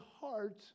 heart